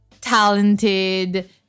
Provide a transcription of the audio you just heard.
talented